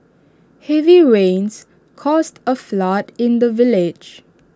heavy rains caused A flood in the village